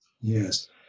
Yes